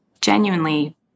genuinely